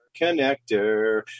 Connector